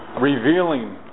revealing